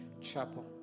Chapel